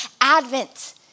Advent